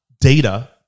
data